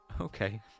Okay